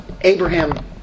Abraham